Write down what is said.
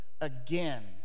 again